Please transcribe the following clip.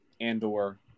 Andor